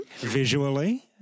Visually